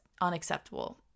unacceptable